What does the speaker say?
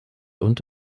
und